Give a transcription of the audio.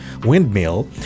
Windmill